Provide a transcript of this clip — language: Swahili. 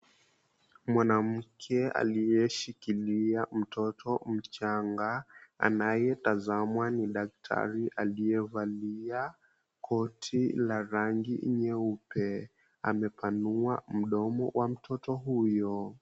Mwanamke aliyeshikilia mtoto mchanga anayetazamwa ni daktari aliyevalia koti la rangi nyeupe. Amepanua mdomo wa mtoto huyo.